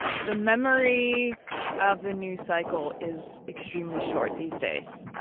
the memory of a news cycle is extremely short these days.